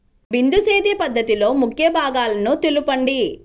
బిందు సేద్య పద్ధతిలో ముఖ్య భాగాలను తెలుపండి?